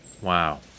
wow